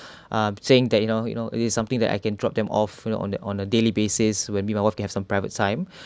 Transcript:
um saying that you know you know it is something that I can drop them off you know on the on a daily basis when me and my wife can have some private time